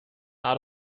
not